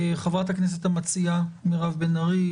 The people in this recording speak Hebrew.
חברת הכנסת המציעה מירב בן ארי,